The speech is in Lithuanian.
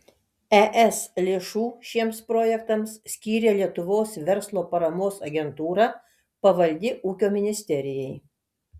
es lėšų šiems projektams skyrė lietuvos verslo paramos agentūra pavaldi ūkio ministerijai